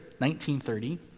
1930